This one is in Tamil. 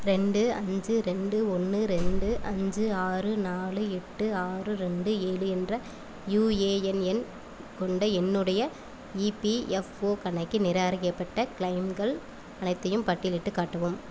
ரெண்டு அஞ்சு ரெண்டு ஒன்று ரெண்டு அஞ்சு ஆறு நாலு எட்டு ஆறு ரெண்டு ஏழு என்ற யூஏஎன் எண் கொண்ட என்னுடைய இபிஎஃப்ஒ கணக்கின் நிராகரிக்கப்பட்ட க்ளெய்ம்கள் அனைத்தையும் பட்டியல் இட்டுக் காட்டவும்